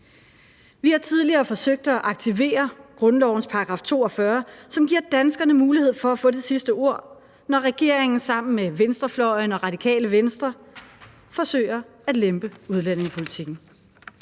Vi har tidligere forsøgt at aktivere grundlovens § 42, som giver danskerne mulighed for at få det sidste ord, når regeringen sammen med venstrefløjen og Radikale Venstre forsøger at lempe udlændingepolitikken.